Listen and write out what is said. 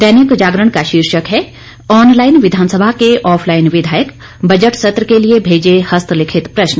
दैनिक जागरण का शीर्षक है ऑनलाइन विधानसभा के ऑफलाइन विधायक बजट सत्र के लिए भेजे हस्तलिखित प्रश्न